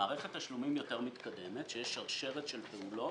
במערכת תשלומים יותר מתקדמת שבה יש שרשרת של פעולות,